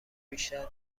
بیشتر